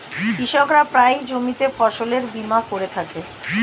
কৃষকরা প্রায়ই জমিতে ফসলের বীমা করে থাকে